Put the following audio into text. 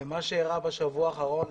מה שאירע בשבוע האחרון,